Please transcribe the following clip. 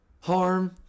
harm